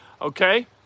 Okay